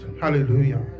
Hallelujah